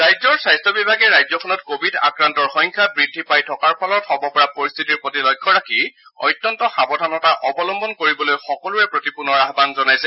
ৰাজ্যৰ স্বাস্থ্য বিভাগে ৰাজ্যখনত কোৱিড আক্ৰান্তৰ সংখ্যা বুদ্ধি পাই থকাৰ ফলত হব পৰা পৰিস্থিতিৰ প্ৰতি লক্ষ্য ৰাখি অত্যন্ত সাৱধানতা অৱলম্বন কৰিবলৈ সকলোৰে প্ৰতি পুনৰ আয়ন জনাইছে